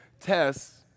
tests